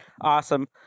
awesome